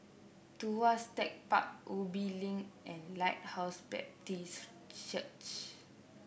Tuas Tech Park Ubi Link and Lighthouse Baptist Church